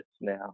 now